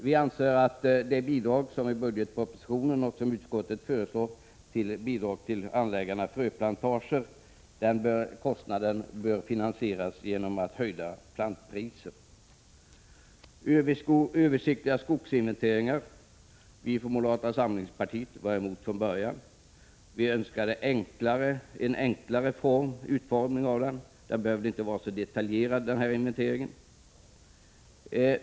Vi anser att det bidrag som nämns i budgetpropositionen och som utskottsmajoriteten föreslår när det gäller anläggande av fröplantager bör finansieras genom en höjning av plantpriserna. Beträffande översiktliga skogsinventeringar kan jag nämna att moderata samlingspartiet var motståndare redan från början. Vi önskade en enklare utformning. Inventeringen behövde, enligt vår åsikt, inte vara så detaljerad.